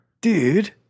Dude